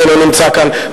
שאינו נמצא כאן,